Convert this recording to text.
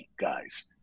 guys